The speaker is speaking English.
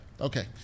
Okay